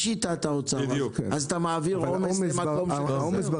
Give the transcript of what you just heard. אז אתה מעביר עומס למקום עמוס?